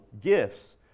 gifts